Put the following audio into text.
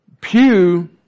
Pew